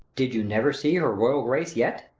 did you never see her royal grace yet?